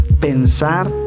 pensar